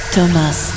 Thomas